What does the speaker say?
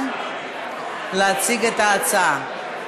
רבותי, אנחנו עוברים להצעת החוק הבאה: